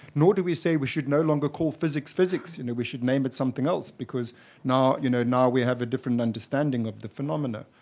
nor do we say we should no longer call physics physics, you know, we should name it something else because now, you know now we have a different understanding of the phenomena.